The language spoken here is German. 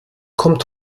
kommt